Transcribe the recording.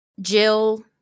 Jill